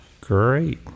great